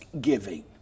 giving